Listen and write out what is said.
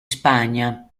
spagna